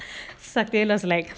saktil was like